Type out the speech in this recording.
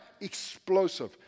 explosive